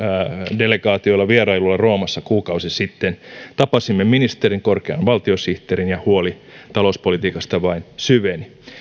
delegaatiolla vierailulla roomassa kuukausi sitten tapasimme ministerin ja korkean valtiosihteerin ja huoli talouspolitiikasta vain syveni